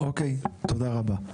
אוקיי, תודה רבה.